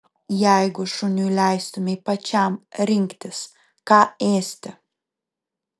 jeigu šuniui leistumei pačiam rinktis ką ėsti